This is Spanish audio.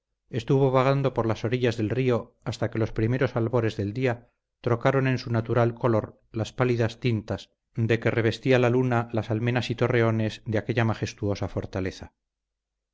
estuvo vagando por las orillas del río hasta que los primeros albores del día trocaron en su natural color las pálidas tintas de que revestía la luna las almenas y torreones de aquella majestuosa fortaleza